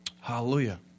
Hallelujah